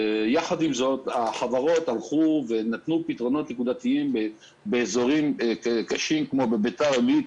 יחד עם זאת החברות נתנו פתרונות נקודתיים באזורים קשים כמו בביתר עילית